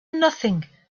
nothing